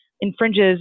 infringes